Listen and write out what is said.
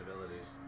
abilities